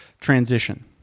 transition